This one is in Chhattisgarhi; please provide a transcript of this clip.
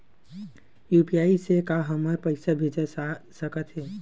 यू.पी.आई से का हमर पईसा भेजा सकत हे?